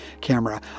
camera